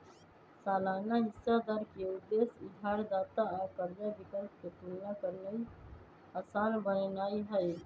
सालाना हिस्सा दर के उद्देश्य उधारदाता आ कर्जा विकल्प के तुलना करनाइ असान बनेनाइ हइ